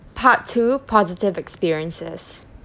part two positive experiences